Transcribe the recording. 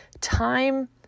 time